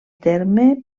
terme